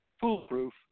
foolproof